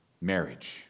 marriage